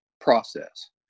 process